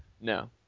No